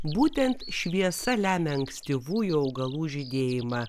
būtent šviesa lemia ankstyvųjų augalų žydėjimą